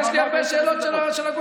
אבל יש לי הרבה שאלות של הגולשים.